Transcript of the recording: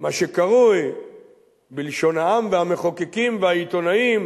מה שקרוי בלשון העם והמחוקקים והעיתונאים